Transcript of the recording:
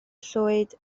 llwyd